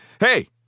Hey